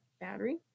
battery